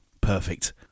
Perfect